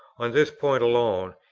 on this point alone,